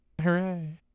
hooray